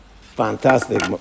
fantastic